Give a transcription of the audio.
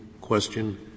question